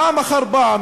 פעם אחר פעם,